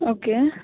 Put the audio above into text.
okay